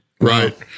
Right